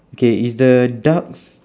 okay is the ducks